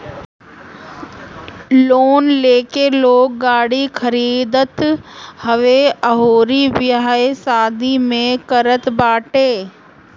loan लेके लोग गाड़ी खरीदत हवे अउरी बियाह शादी भी करत बाटे